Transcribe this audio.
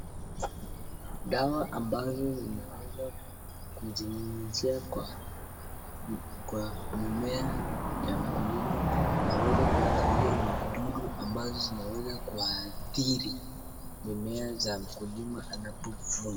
Dawa ambayo zinaweza kunyunyizia kwa mimea ya mkulima. Inaweza kuzuia vijidudu ambazo zinaweza kuadhiri mimea za mkulima anapovuna.